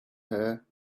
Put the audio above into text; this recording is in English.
her